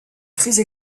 crise